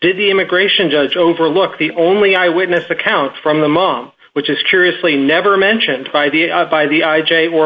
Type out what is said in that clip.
did the immigration judge overlook the only eyewitness account from the mom which is curiously never mentioned by the by the i j a or